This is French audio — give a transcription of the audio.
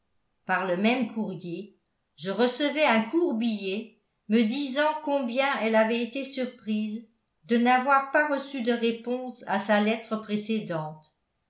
par le même courrier je recevais un court billet me disant combien elle avait été surprise de n'avoir pas reçu de réponse à sa lettre précédente